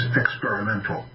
experimental